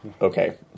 okay